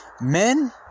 men